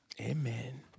Amen